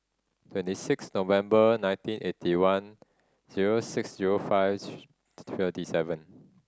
twenty six November nineteen eighty one zero six zero five thirty seven